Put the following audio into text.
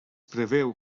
preveu